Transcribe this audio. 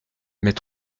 mais